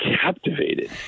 captivated